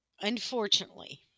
unfortunately